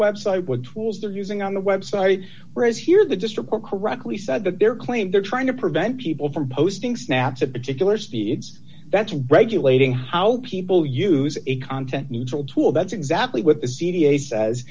website with tools they're using on the website whereas here the district correctly said that their claim they're trying to prevent people from posting snaps of particular speeds that's regulating how people use a content neutral tool that's exactly what the c d s says